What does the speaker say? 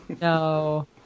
No